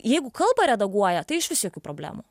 jeigu kalbą redaguoja tai išvis jokių problemų